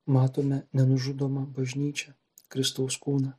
matome nenužudomą bažnyčią kristaus kūną